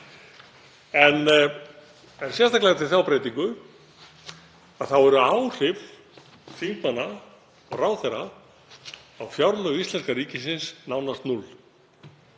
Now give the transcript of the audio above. En sérstaklega eftir þá breytingu eru áhrif þingmanna og ráðherra á fjárlög íslenska ríkisins nánast núll.